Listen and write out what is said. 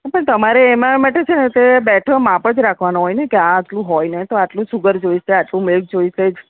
પણ તમરે એના માટે છે ને બેઠા માપ જ રાખવાનાં હોયને કે આ આટલું હોયને તો આટલું સુગર જોઈશે આટલું મિલ્ક જોઈશે જ